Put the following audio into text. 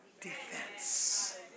defense